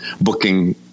booking